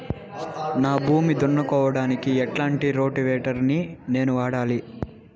నా భూమి దున్నుకోవడానికి ఎట్లాంటి రోటివేటర్ ని నేను వాడాలి?